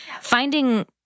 finding